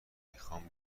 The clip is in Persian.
میخام